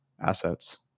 assets